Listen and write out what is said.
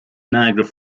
niagara